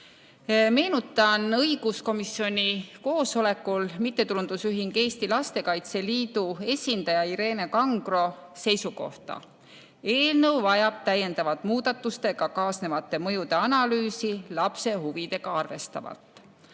Meenutan õiguskomisjoni koosolekul öeldud MTÜ Lastekaitse Liit esindaja Ireen Kangro seisukohta: eelnõu vajab täiendavat muudatustega kaasnevate mõjude analüüsi lapse huvidega arvestavalt.